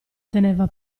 teneva